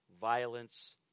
violence